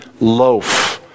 loaf